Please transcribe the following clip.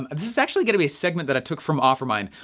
um this is actually gonna be a segment that i took from offermind.